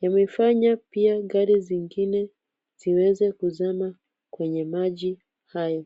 Yamefanya pia gari zingine ziweze kuzama kwenye maji hayo.